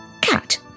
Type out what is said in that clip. Cat